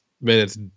minutes